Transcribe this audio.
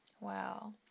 Wow